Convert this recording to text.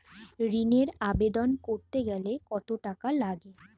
ঋণের আবেদন করতে গেলে কত টাকা লাগে?